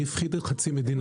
מי הפחיד חצי מדינה?